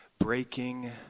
Breaking